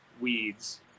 weeds